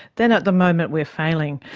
then at the moment we are failing.